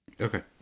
okay